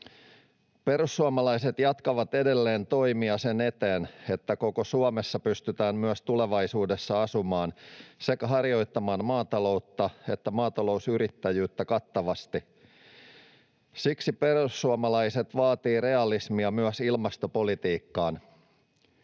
Perussuomalaiset jatkavat edelleen toimia sen eteen, että koko Suomessa pystytään myös tulevaisuudessa asumaan ja harjoittamaan sekä maataloutta että maatalousyrittäjyyttä kattavasti. Siksi perussuomalaiset vaativat realismia myös ilmastopolitiikkaan.